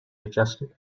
adjusted